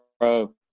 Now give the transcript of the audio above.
pro